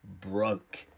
broke